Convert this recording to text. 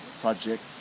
project